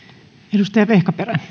arvoisa rouva